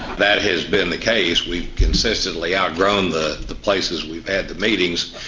that has been the case, we've consistently outgrown the the places we've had the meetings.